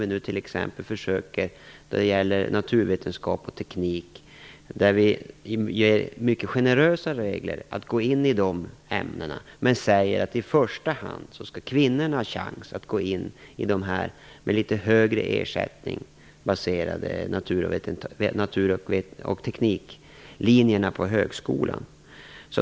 Vi har t.ex. mycket generösa regler för den som vill börja studera naturvetenskap och teknik, men i första hand är det kvinnorna som skall ha chansen att komma in på dessa med litet högre ersättning förknippade natur och tekniklinjerna på högskolan.